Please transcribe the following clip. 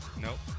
Nope